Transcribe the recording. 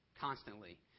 constantly